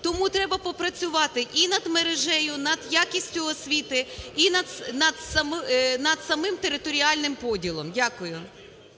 Тому треба попрацювати і над мережею, над якістю освіти і над самим територіальним поділом. Дякую.